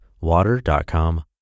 water.com